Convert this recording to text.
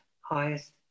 highest